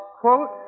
quote